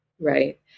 right